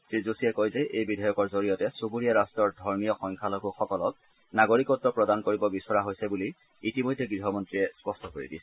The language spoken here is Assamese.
শ্ৰীযোশীয়ে কয় যে এই বিধেয়কৰ জৰিয়তে চুবুৰীয়া বাট্টৰ ধৰ্মীয় সংখ্যালঘুসকলক নাগৰিকত্ব প্ৰদান কৰিব বিচৰা হৈছে বুলি ইতিমধ্যে গৃহমন্ত্ৰীয়ে স্পষ্ট কৰি দিছে